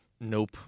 Nope